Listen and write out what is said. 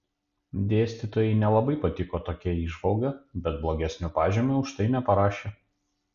dėstytojai nelabai patiko tokia įžvalga bet blogesnio pažymio už tai neparašė